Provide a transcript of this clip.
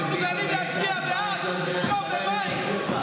אתם לא מסוגלים להצביע בעד, כמו חוק המים?